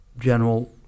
General